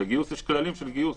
ולגיוס יש כללים של גיוס.